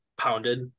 pounded